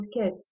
kids